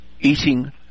Eating